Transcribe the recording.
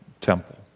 temple